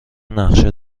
نقشه